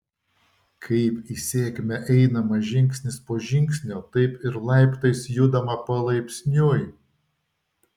kaip į sėkmę einama žingsnis po žingsnio taip ir laiptais judama palaipsniui